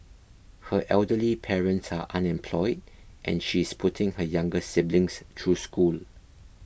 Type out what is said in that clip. her elderly parents are unemployed and she is putting her younger siblings through school